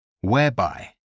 whereby